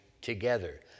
together